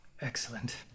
Excellent